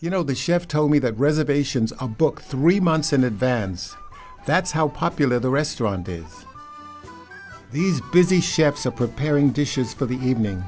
you know the chef told me that reservations are booked three months in advance that's how popular the restaurant is these busy chefs are preparing dishes for the evening